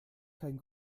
kein